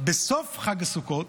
בסוף חג הסוכות,